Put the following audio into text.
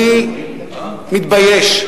אני מתבייש,